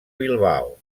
bilbao